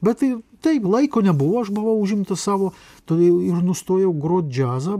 bet tai taip laiko nebuvo aš buvau užimtas savo todėl ir nustojau groti džiazą